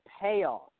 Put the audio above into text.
payoff